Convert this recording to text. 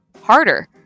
harder